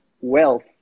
wealth